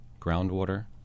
groundwater